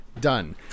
done